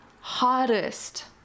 hardest